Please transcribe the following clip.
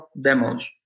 demos